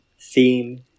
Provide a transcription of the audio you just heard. theme